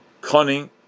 cunning